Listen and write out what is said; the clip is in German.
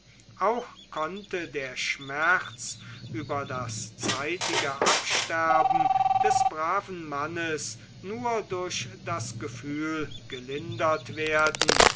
auch konnte der schmerz über das zeitige absterben des braven mannes nur durch das gefühl gelindert werden